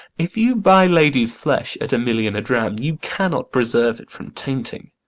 if you buy ladies' flesh at a million a dram, you cannot preserve it from tainting.